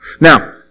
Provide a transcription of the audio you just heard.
Now